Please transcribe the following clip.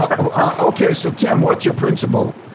um ah okay, so tim what's your principle?